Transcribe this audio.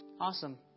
Awesome